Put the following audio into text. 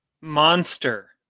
Monster